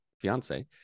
fiance